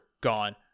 gone